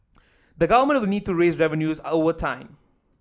the Government will need to raise revenues over time